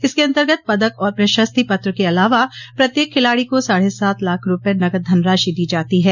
इसके अन्तर्गत पदक और प्रशस्ति पत्र के अलावा प्रत्येक खिलाड़ी को साढ़े सात लाख रूपये नकद धनराशि दी जाती है